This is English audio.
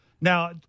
Now